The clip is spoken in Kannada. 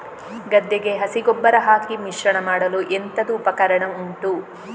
ಗದ್ದೆಗೆ ಹಸಿ ಗೊಬ್ಬರ ಹಾಕಿ ಮಿಶ್ರಣ ಮಾಡಲು ಎಂತದು ಉಪಕರಣ ಉಂಟು?